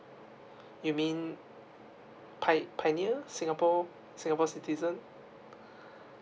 you mean quite pioneer singapore singapore citizen